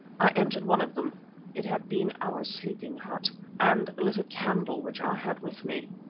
i entered one of them it had been our sleeping hut and lit a candle which i had with me.